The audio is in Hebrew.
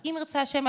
אם ירצה השם,